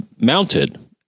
mounted